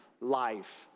life